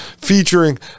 Featuring